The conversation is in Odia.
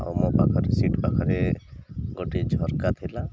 ଆଉ ମୋ ପାଖରେ ସିଟ୍ ପାଖରେ ଗୋଟିଏ ଝରକା ଥିଲା